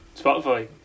Spotify